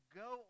go